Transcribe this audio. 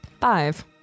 Five